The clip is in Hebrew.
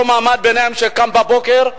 אותו מעמד ביניים שקם בבוקר,